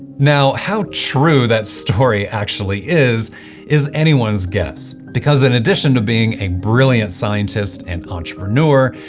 now, how true that story actually is is anyone's guess. because in addition to being a brilliant scientist and entrepreneur,